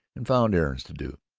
and found errands to do.